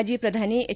ಮಾಜಿ ಪ್ರಧಾನಿ ಎಚ್